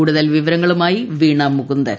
കൂടുതൽ വിവരങ്ങളുമായി വീണ മു്ക്കുന്ദൻ